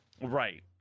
right